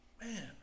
man